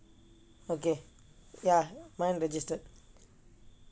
okay ya mine registered